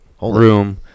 room